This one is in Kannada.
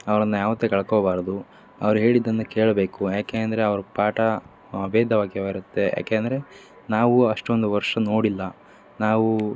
ಅವ್ರನ್ನು ಯಾವತ್ತೂ ಕಳ್ಕೋಬಾರದು ಅವ್ರು ಹೇಳಿದ್ದನ್ನ ಕೇಳಬೇಕು ಯಾಕೆ ಅಂದರೆ ಅವ್ರ ಪಾಠ ವೇದವಾಕ್ಯವಿರುತ್ತೆ ಯಾಕೆ ಅಂದರೆ ನಾವು ಅಷ್ಟೊಂದು ವರ್ಷ ನೋಡಿಲ್ಲ ನಾವೂ